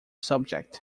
subject